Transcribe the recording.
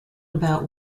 about